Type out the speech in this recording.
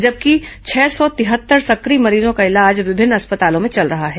जबकि छह सौ तिहत्तर सक्रिय मरीजों का इलाज विभिन्न अस्पतालों में चल रहा है